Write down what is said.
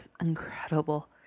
incredible